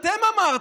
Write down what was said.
כך אתם אמרתם,